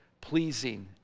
pleasing